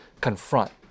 confront